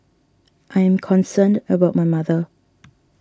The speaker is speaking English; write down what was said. I am concerned about my mother